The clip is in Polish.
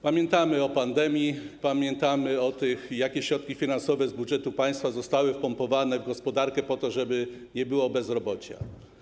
Pamiętamy o pandemii, pamiętamy o tym, jakie środki finansowe z budżetu państwa zostały wpompowane w gospodarkę po to, żeby nie było bezrobocia.